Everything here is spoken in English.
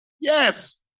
Yes